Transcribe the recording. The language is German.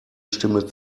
stimme